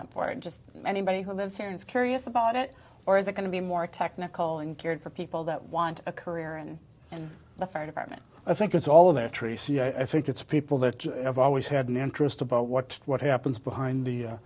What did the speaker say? up for and just anybody who lives here is curious about it or is it going to be more technical and caring for people that want a career and the fire department i think it's all of their tracy i think it's people that have always had an interest about what what happens behind the